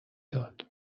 داد